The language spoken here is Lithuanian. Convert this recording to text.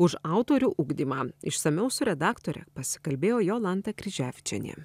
už autorių ugdymą išsamiau su redaktore pasikalbėjo jolanta kryževičienė